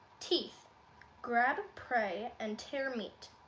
teeth grab prey and tear meat